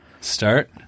Start